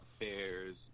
affairs